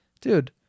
Dude